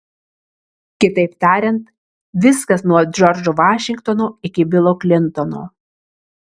kitaip tariant viskas nuo džordžo vašingtono iki bilo klintono